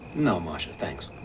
no, marsha. thanks.